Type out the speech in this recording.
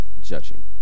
judging